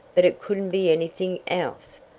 but it couldn't be anything else,